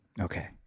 Okay